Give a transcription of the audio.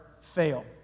fail